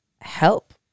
help